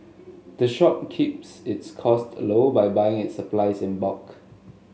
the shop keeps its costs low by buying its supplies in bulk